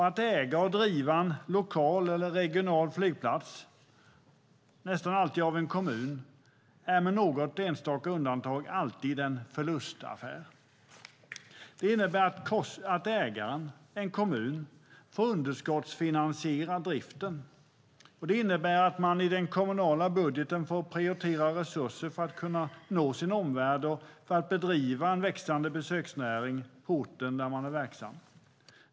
Att äga och driva en lokal eller regional flygplats - det görs nästan alltid av en kommun - är med något enstaka undantag alltid en förlustaffär. Det innebär att ägaren, en kommun, får underskottsfinansiera driften. Det innebär att man i den kommunala budgeten får prioritera resurser för att kunna nå sin omvärld och bedriva en växande besöksnäring på orten.